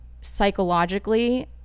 psychologically